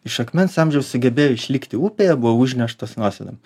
iš akmens amžiaus sugebėjo išlikti upėje buvo užneštos nuosėdom